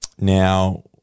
Now